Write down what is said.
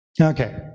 Okay